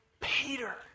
Peter